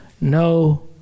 no